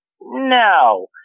no